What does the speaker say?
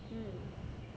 mm